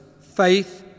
faith